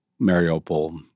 Mariupol